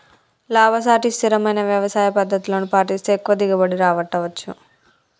లాభసాటి స్థిరమైన వ్యవసాయ పద్దతులను పాటిస్తే ఎక్కువ దిగుబడి రాబట్టవచ్చు